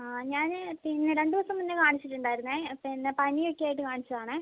ആ ഞാന് പിന്നെ രണ്ട് ദിവസം മുൻപേ കാണിച്ചിട്ട് ഉണ്ടായിരുന്നേ പിന്നെ പനി ഒക്കെ ആയിട്ട് കാണിച്ചത് ആണെ